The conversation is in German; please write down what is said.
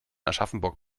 aschaffenburg